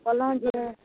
कहलहुॅं जे